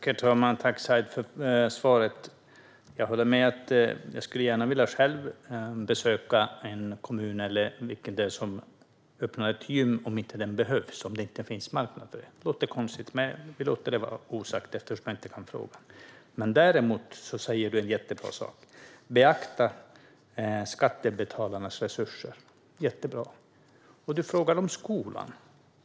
Herr talman! Jag tackar Said för svaret. Jag skulle vilja besöka den kommun som öppnar ett gym som det inte finns marknad för. Jag tycker att det låter konstigt, men jag låter det vara osagt eftersom jag inte kan fråga om det. Du säger dock en jättebra sak, Said, och det är att vi ska beakta skattebetalarnas resurser. Du frågar om skolan.